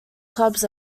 clubs